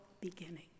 beginning